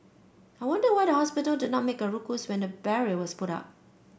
I wonder why the hospital did not make a ruckus when the barrier was put up